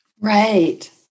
Right